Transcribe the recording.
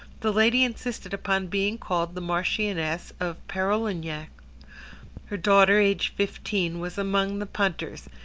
the lady insisted upon being called the marchioness of parolignac. her daughter, aged fifteen, was among the punters,